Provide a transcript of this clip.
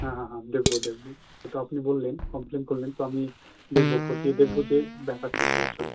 হ্যাঁ হ্যাঁ হ্যাঁ দেখব দেখব তো আপনি বললেন কমপ্লেন করলেন তো আমি দেখব খতিয়ে দেখব যে ব্যাপারটা কী আসলে